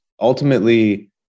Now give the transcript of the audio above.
ultimately